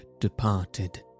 departed